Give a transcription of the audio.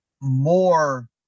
more